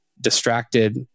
distracted